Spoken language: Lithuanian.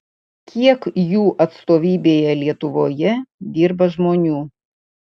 kiek jų atstovybėje lietuvoje dirba žmonių